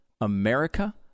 America